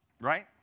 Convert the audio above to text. right